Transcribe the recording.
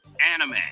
Anime